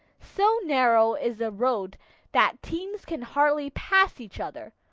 so narrow is the road that teams can hardly pass each other.